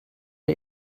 der